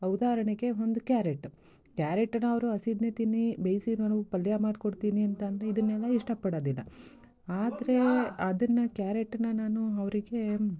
ಉದಾಹರಣೆಗೆ ಒಂದು ಕ್ಯಾರೆಟ್ ಕ್ಯಾರೆಟನ್ನು ಅವರು ಹಸಿದ್ನೆ ತಿನ್ನೀ ಬೇಯಿಸಿ ನಾನು ಪಲ್ಯ ಮಾಡಿಕೊಡ್ತೀನಿ ಅಂತಂದರೆ ಇದನ್ನೆಲ್ಲ ಇಷ್ಟಪಡೋದಿಲ್ಲ ಆದರೆ ಅದನ್ನು ಕ್ಯಾರೆಟನ್ನು ನಾನು ಅವ್ರಿಗೇ